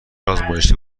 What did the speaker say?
آزمایشی